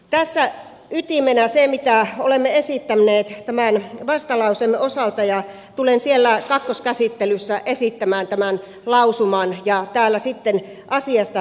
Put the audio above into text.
tässä ytimenä se mitä olemme esittäneet tämän vastalauseemme osalta ja tulen siellä kakkoskäsittelyssä esittämään tämän lausuman ja täällä sitten asiasta äänestetään